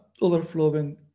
overflowing